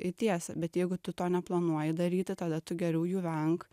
į tiesą bet jeigu tu to neplanuoji daryti tada tu geriau jų venk